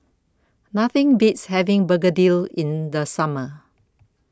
Nothing Beats having Begedil in The Summer